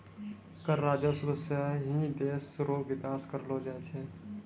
कर राजस्व सं ही देस रो बिकास करलो जाय छै